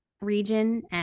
region